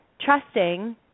trusting